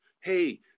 hey